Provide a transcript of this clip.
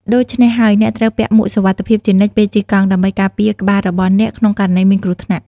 ដូច្នេះហើយ អ្នកត្រូវពាក់មួកសុវត្ថិភាពជានិច្ចពេលជិះកង់ ដើម្បីការពារក្បាលរបស់អ្នកក្នុងករណីមានគ្រោះថ្នាក់។